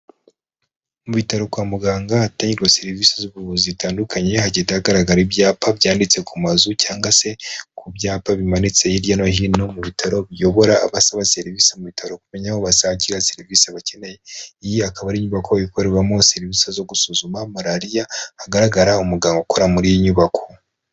Mu bitaro kwa muganga ahatangirwa serivisi z'ubuvuzi zitandukanye hagenda hagaragara ibyapa byanditse ku mazu cyangwa se ku byapa bimanitse hirya no hino mu bitaro biyobora abasaba serivisi mu bitaro kumenya aho bashakira serivisi bakeneye, iyi akaba ari inyubako ikorerwamo serivisi zo gusuzuma malariya hagaragara umuganga ukora muri iyi nyubako.